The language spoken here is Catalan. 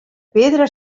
pedra